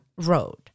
road